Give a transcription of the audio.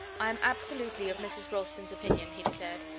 i'm absolutely of mrs. ralston's opinion, he declared.